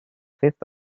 fifth